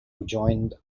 rejoined